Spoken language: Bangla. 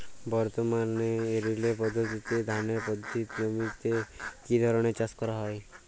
বর্তমানে রিলে পদ্ধতিতে ধানের পতিত জমিতে কী ধরনের চাষ করা হয়?